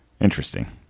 Interesting